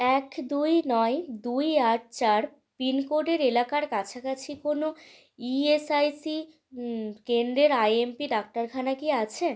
এক দুই নয় দুই আট চার পিনকোডের এলাকার কাছাকাছি কোনো ই এস আই সি কেন্দ্রের আই এম পি ডাক্তারখানা কি আছে